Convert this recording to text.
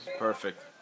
Perfect